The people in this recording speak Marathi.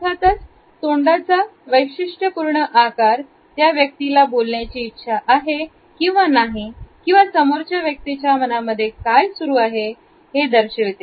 अर्थातच तोंडाचा वैशिष्ट्य आकार त्या व्यक्तीला बोलण्याची इच्छा आहे किंवा नाही किंवा समोरच्या व्यक्तीच्या मनामध्ये काय सुरू आहे हे दर्शविते